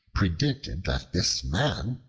predicted that this man,